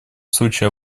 случае